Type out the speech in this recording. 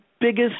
biggest